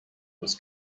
was